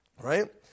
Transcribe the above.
Right